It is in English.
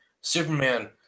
Superman